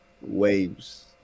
Waves